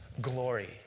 glory